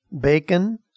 Bacon